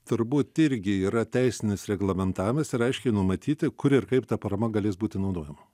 turbūt irgi yra teisinis reglamentavimas ir aiškiai numatyti kur ir kaip ta parama galės būti naudojama